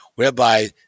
whereby